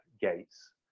gates